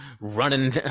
running